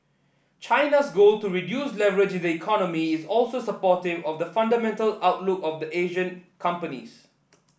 China's goal to reduce leverage in the economy is also supportive of the fundamental outlook of Asian companies